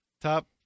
top